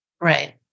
Right